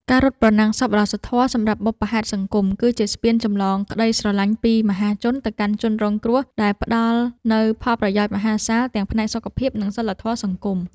ការរត់ប្រណាំងសប្បុរសធម៌សម្រាប់បុព្វហេតុសង្គម គឺជាស្ពានចម្លងក្ដីស្រឡាញ់ពីមហាជនទៅកាន់ជនរងគ្រោះ ដែលផ្ដល់នូវផលប្រយោជន៍មហាសាលទាំងផ្នែកសុខភាព និងសីលធម៌សង្គម។